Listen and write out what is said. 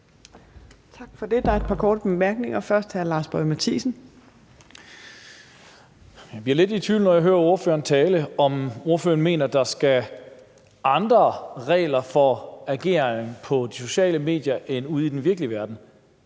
Jeg bliver lidt i tvivl, når jeg hører ordføreren tale. Mener ordføreren, at der skal andre regler for ageren på de sociale medier end ude i den virkelige verden?